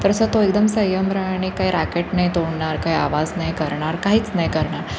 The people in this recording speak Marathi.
तर असं तो एकदम संयम आणि काही राॅकेट नाही तोडणार काही आवाज नाही करणार काहीच नाही करणार